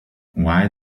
why